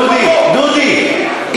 דודי,